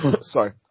sorry